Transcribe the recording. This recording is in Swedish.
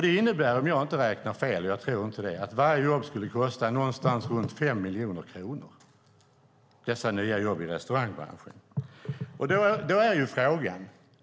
Det innebär, om jag inte räknar fel, och det tror jag inte att jag gör, att varje sådant här nytt jobb i restaurangbranschen skulle kosta runt 5 miljoner kronor.